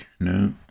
no